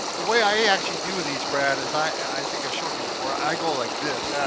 the way i actually do these brad is, i think i showed you before, i go like this.